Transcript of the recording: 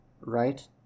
right